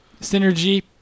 Synergy